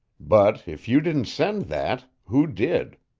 but if you didn't send that, who did?